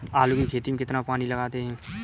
आलू की खेती में कितना पानी लगाते हैं?